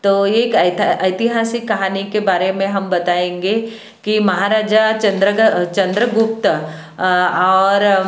तो ये एक ऐतिहासिक कहानी के बारे में हम बताएंगे कि महाराजा चंद्रगुप्त और